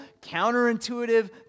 counterintuitive